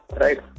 right